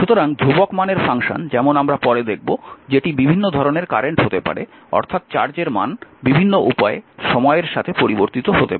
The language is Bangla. সুতরাং ধ্রুবক মানের ফাংশন যেমন আমরা পরে দেখব যেটি বিভিন্ন ধরণের কারেন্ট হতে পারে অর্থাৎ চার্জের মান বিভিন্ন উপায়ে সময়ের সাথে পরিবর্তিত হতে পারে